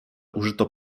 użyto